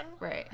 right